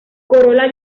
corola